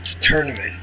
tournament